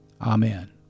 Amen